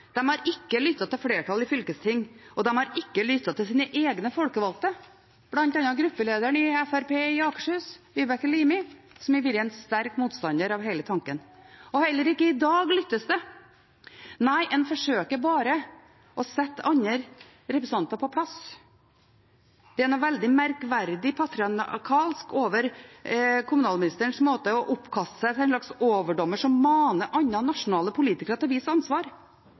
har ikke lyttet til flertallet av fylkestingene. Og de har ikke lyttet til sine egne folkevalgte. Blant annet har gruppelederen i Fremskrittspartiet i Akershus, Vibeke Limi, vært en sterk motstander av hele tanken. Heller ikke i dag lyttes det. Nei, en forsøker bare å sette andre representanter på plass. Det er noe veldig merkverdig patriarkalsk over kommunalministerens måte å oppkaste seg til en slags overdommer på, som maner andre nasjonale politikere til å vise ansvar.